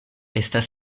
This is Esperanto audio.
estas